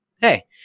hey